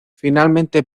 finalmente